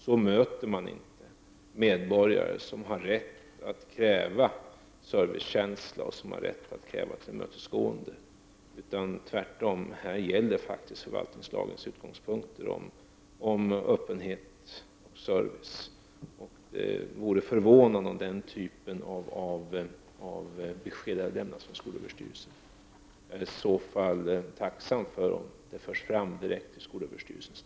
Så möter man inte medborgare som har rätt att kräva service och tillmötesgående. Tvärtom gäller här förvaltningslagens utgångspunkt om öppenhet och service. Det vore förvånande om den typen av besked hade lämnats av SÖ. I så fall är jag tacksam om detta förs fram direkt till SÖ:s ledning.